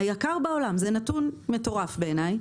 זה נתון מטורף בעיניי.